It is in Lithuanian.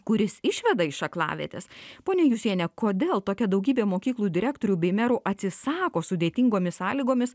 kuris išveda iš aklavietės ponia jusiene kodėl tokia daugybė mokyklų direktorių bei merų atsisako sudėtingomis sąlygomis